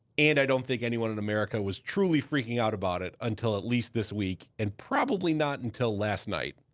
and i don't think anyone in america was truly freaking out about it until at least this week, and probably not until last night.